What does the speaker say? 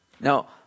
Now